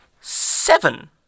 seven